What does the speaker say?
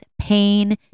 pain